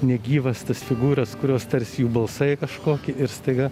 negyvas tas figūras kurios tarsi jų balsai kažkokį ir staiga